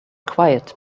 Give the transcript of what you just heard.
quiet